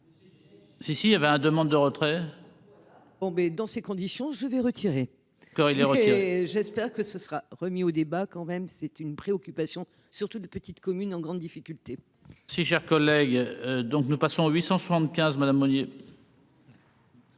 si, il y avait un demande de retrait. Bon bé dans ces conditions, je vais retirer quand il est j'espère que ce sera remis au débat, quand même, c'est une préoccupation surtout des petites communes en grande difficulté. Si cher collègue, donc nous passons 875